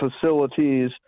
facilities